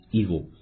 evil